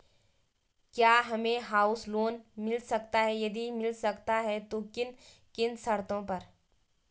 क्या हमें house loan मिल सकता है यदि मिल सकता है तो किन किन शर्तों पर?